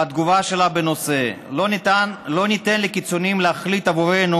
והתגובה שלה בנושא: לא ניתן לקיצוניים להחליט עבורנו.